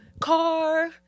car